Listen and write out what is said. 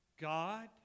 God